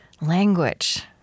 language